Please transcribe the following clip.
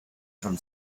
from